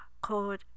called